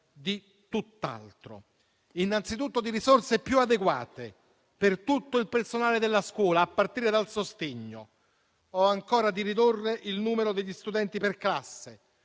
di tutt'altro: innanzitutto di risorse più adeguate per tutto il personale della scuola, a partire dal sostegno, o ancora di ridurre il numero degli studenti per classe,